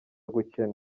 gukena